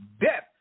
death